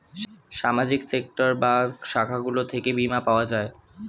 সামাজিক সেক্টর বা শাখাগুলো থেকে বীমা পাওয়া যায়